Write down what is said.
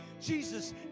Jesus